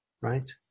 Right